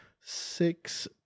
Six